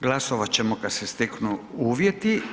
Glasovat ćemo kad se steknu uvjeti.